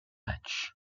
match